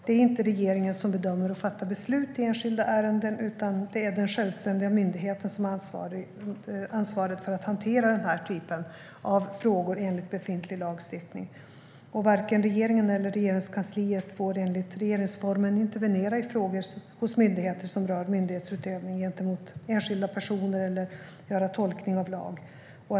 Det är inte regeringen som bedömer och fattar beslut i enskilda ärenden, utan det är den självständiga myndigheten som har ansvaret för att hantera den här typen av frågor, enligt befintlig lagstiftning. Varken regeringen eller Regeringskansliet får, enligt regeringsformen, intervenera i frågor som rör myndighetsutövning gentemot enskilda personer eller göra tolkningar av lag.